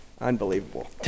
Unbelievable